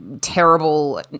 terrible